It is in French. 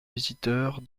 visiteurs